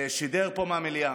שידר פה מהמליאה,